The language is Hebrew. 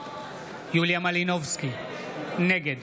יוליה מלינובסקי, נגד